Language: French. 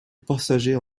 passagers